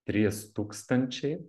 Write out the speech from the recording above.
trys tūkstančiai